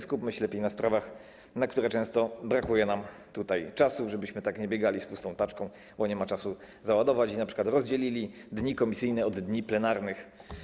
Skupmy się lepiej na sprawach, na które często brakuje nam tutaj czasu, żebyśmy tak nie biegali z pustą taczką, bo nie ma czasu załadować, i np. rozdzielili dni komisyjne od dni plenarnych.